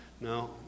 no